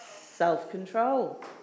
Self-control